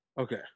Okay